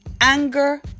anger